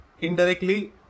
indirectly